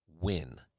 win